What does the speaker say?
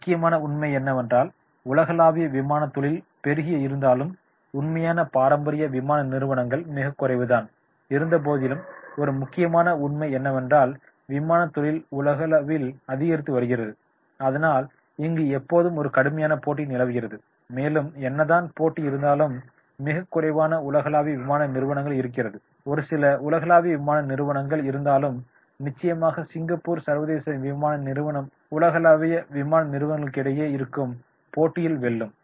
முக்கியமான உண்மை என்னவென்றால் உலகளவில் விமானத் தொழில் பெருகிய இருந்தாலும் உண்மையான பாரம்பரிய விமான நிர்வனங்கள் மிகக் குறைவுதான் இருந்தபோதிலும் ஒரு முக்கியமான உண்மை என்னவென்றால் விமானத் தொழில் உலகளவில் அதிகரித்து வருகிறது அதனால் இங்கு எப்போதும் ஒரு கடுமையான போட்டி நிலவுகிறது மேலும் என்னதான் போட்டி இருந்தாலும் மிகக் குறைவான உலகளாவிய விமான நிர்வனங்கள் இருக்கிறது ஒரு சில உலகளாவிய விமான நிர்வனங்கள் இருந்தாலும் நிச்சயமாக சிங்கப்பூர் சர்வதேச விமான நிறுவனம் உலகளாவிய விமான நிர்வனங்களுக்கிடையே இருக்கும் போட்டியில் வெல்லும்